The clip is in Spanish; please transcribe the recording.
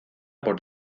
por